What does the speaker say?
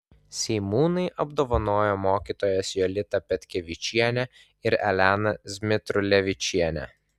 seimūnai apdovanojo mokytojas jolitą petkevičienę ir eleną zmitrulevičienę